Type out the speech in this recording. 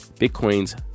Bitcoin's